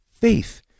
faith